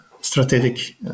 strategic